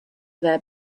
their